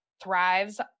thrives